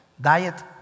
Diet